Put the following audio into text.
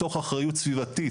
מתוך אחריות סביבתית.